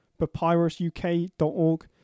papyrusuk.org